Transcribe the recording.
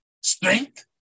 strength